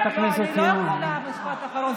לא, אני לא יכולה משפט אחרון.